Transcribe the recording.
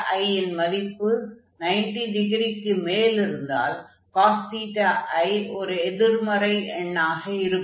i ன் மதிப்பு 90 டிகிரிக்கு மேல் இருந்தால் cos i ஒரு எதிர்மறை எண்ணாக இருக்கும்